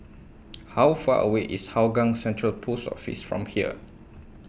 How Far away IS Hougang Central Post Office from here